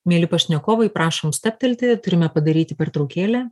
mieli pašnekovai prašom stabtelti turime padaryti pertraukėlę